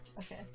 Okay